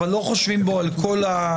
אבל לא חושבים בו על כל האפשרויות.